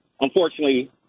unfortunately